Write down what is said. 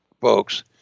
folks